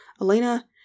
Elena